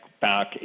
back